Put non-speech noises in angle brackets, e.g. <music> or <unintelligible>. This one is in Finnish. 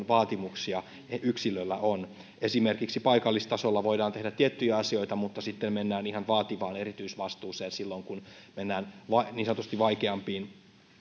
<unintelligible> vaatimuksia yksilöllä on esimerkiksi paikallistasolla voidaan tehdä tiettyjä asioita mutta sitten mennään ihan vaativaan erityisvastuuseen silloin kun mennään niin sanotusti vaikeampiin